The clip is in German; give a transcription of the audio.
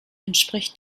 entspricht